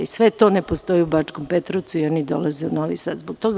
Sve to ne postoji u Bačkom Petrovcu i oni dolaze u Novi Sad zbog toga.